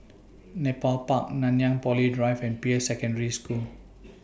Nepal Park Nanyang Poly Drive and Peirce Secondary School